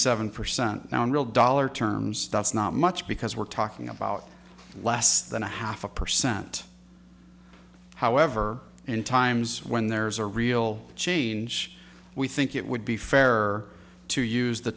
seven percent now in real dollar terms that's not much because we're talking about less than a half a percent however in times when there's a real change we think it would be fair to use the